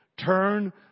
Turn